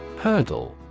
Hurdle